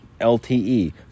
lte